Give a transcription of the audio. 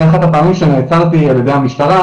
אחרי כמה פעמים שנעצרתי על ידי המשטרה,